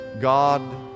God